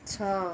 ଛଅ